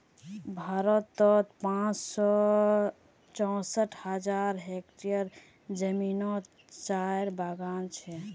भारतोत पाँच सौ चौंसठ हज़ार हेक्टयर ज़मीनोत चायेर बगान छे